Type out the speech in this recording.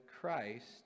Christ